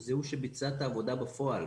זה הוא שביצע את העבודה בפועל.